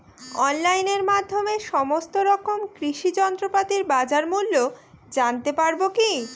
অনলাইনের মাধ্যমে সমস্ত রকম কৃষি যন্ত্রপাতির বাজার মূল্য জানতে পারবো কি?